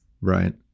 right